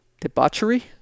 Debauchery